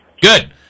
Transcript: good